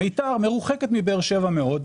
מיתר מרוחקת מבאר שבע מאוד,